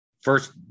First